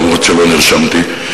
אף-על-פי שלא נרשמתי.